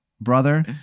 brother